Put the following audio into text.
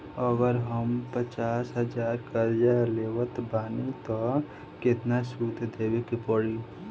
अगर हम पचास हज़ार कर्जा लेवत बानी त केतना सूद देवे के पड़ी?